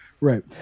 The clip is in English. Right